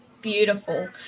beautiful